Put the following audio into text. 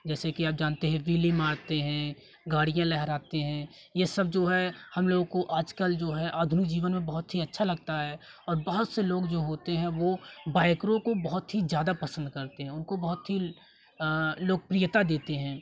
जैसे कि आप जानते हैं वेल्ली मारते हैं गाड़ियाँ लहराते हैं यह सब जो है हम लोगों को आजकल जो है आधुनिक जीवन में बहुत ही अच्छा लगता है और बहुत से लोग जो होते हैं बाइकरों को बहुत ही ज़्यादा पसंद करते हैं उनको बहुत ही लोकप्रियता देते हैं